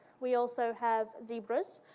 we also have zebras,